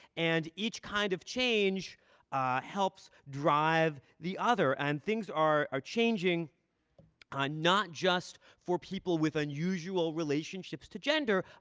and each kind of change helps drive the other. and things are are changing not just for people with unusual relationships to gender,